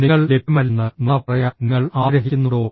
നിങ്ങൾ ലഭ്യമല്ലെന്ന് നുണ പറയാൻ നിങ്ങൾ ആഗ്രഹിക്കുന്നുണ്ടോ